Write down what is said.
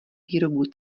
výrobu